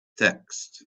text